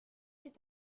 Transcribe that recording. est